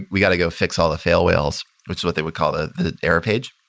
we got to go fix all the fail whales, which is what they would call the the error page.